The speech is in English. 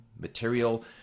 material